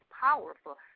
powerful